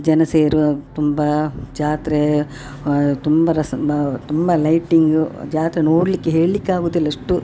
ಜನ ಸೇರುವ ತುಂಬ ಜಾತ್ರೆ ತುಂಬ ರಸ್ ಬ ತುಂಬ ಲೈಟಿಂಗ ಜಾತ್ರೆ ನೋಡಲ್ಲಿಕ್ಕೆ ಹೇಳ್ಲಿಕ್ಕೆ ಆಗುದಿಲ್ಲ ಅಷ್ಟು